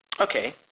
Okay